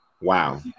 Wow